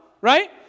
right